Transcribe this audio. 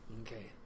Okay